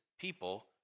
people